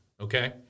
Okay